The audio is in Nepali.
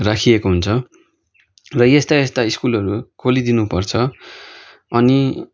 राखिएको हुन्छ र यस्ता यस्ता स्कुलहरू खोलिदिनु पर्छ अनि